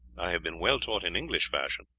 i have been well taught in english fashion,